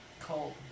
Cold